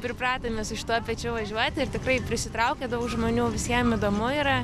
pripratę mes su šituo pečiu važiuoti ir tikrai prisitraukia daug žmonių visiem įdomu yra